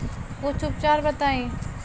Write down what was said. कुछ उपचार बताई?